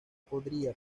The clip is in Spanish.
podría